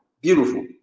Beautiful